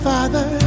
Father